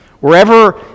Wherever